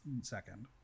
second